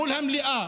מול המליאה,